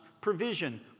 provision